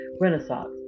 Renaissance